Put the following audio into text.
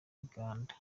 gitanda